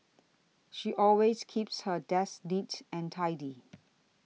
she always keeps her desk neat and tidy